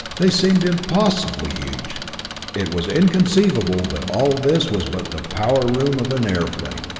they seemed impossibly huge it was inconceivable that all this was but the power room of an airplane!